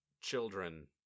children